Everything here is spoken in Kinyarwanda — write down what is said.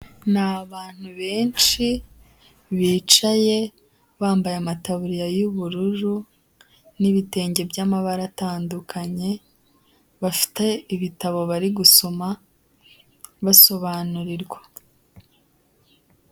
Ni abantu benshi bicaye bambaye amataburiya y'ubururu n'ibitenge by'amabara atandukanye, bafite ibitabo bari gusoma basobanurirwa.